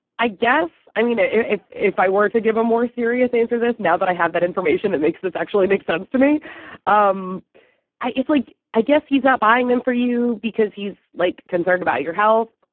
i guess i mean, ah if if i were to give a more serious answer this now that i have that information that makes this actually make sense to me um it's like i guess he's not buying them for you because he's like concerned about your health.